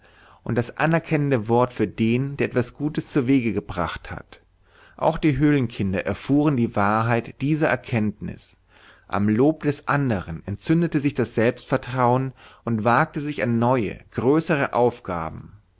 und das anerkennende wort für den der etwas gutes zuwege gebracht hat auch die höhlenkinder erfuhren die wahrheit dieser erkenntnis am lob des anderen entzündete sich das selbstvertrauen und wagte sich an neue größere aufgaben